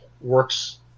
works